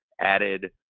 added